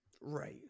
right